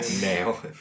nail